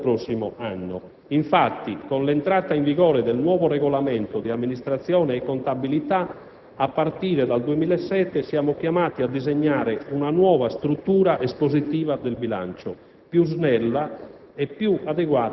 a partire dal bilancio di previsione del prossimo anno. Infatti, con l'entrata in vigore del nuovo Regolamento di amministrazione e contabilità, a partire dal 2007 siamo chiamati a disegnare una nuova struttura espositiva del bilancio,